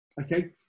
okay